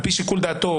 על פי שיקול דעתו,